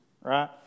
Right